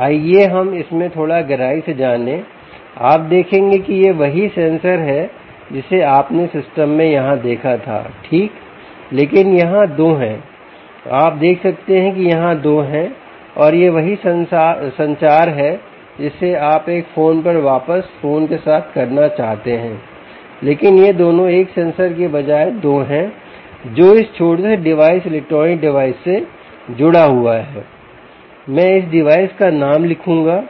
आइए हम इसमें थोड़ा गहराई से जाने आप देखेंगे कि यह वही सेंसर है जिसे आपने इस सिस्टम में यहां देखा था ठीक लेकिन यहां दो हैं आप देख सकते हैं कि यहां दो हैं और यह वही संचार है जिसे आप एक फोन पर वापस फोन के साथ करना चाहते हैं लेकिन ये दोनों एक सेंसर के बजाय दो हैं जो इस छोटे से डिवाइस इलेक्ट्रॉनिक डिवाइस से जुड़ा हुआ है मैं इस डिवाइस का नाम लिखूंगा